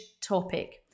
topic